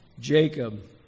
Jacob